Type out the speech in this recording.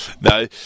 no